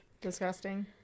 Disgusting